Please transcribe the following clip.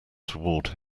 toward